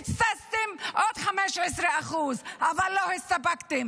קיצצתם עוד 15%. אבל לא הסתפקתם,